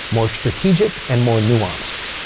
more strategic, and more nuanced.